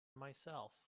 myself